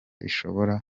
ishobora